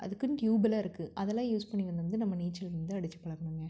அதுக்குன்னு ட்யூப்பெல்லாம் இருக்குது அதெல்லாம் யூஸ் பண்ணி வந் வந்து நம்ம நீச்சல் வந்து அடித்துப் பழகணுங்க